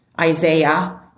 Isaiah